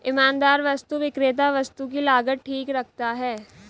ईमानदार वस्तु विक्रेता वस्तु की लागत ठीक रखता है